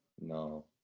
no